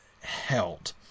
held